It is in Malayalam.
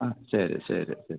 ആ ശരി ശരി ശരി